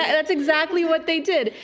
and that's exactly what they did.